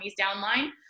downline